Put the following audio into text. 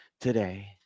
today